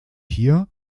hier